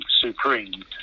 supreme